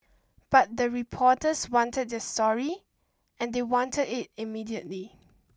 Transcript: but the reporters wanted their story and they wanted it immediately